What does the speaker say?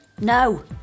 No